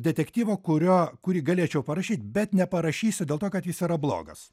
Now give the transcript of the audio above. detektyvą kurio kurį galėčiau parašyti bet neparašysiu dėl to kad jis yra blogas